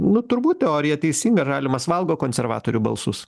nu turbūt teorija teisinga žalimas valgo konservatorių balsus